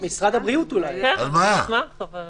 דיברנו על זה כבר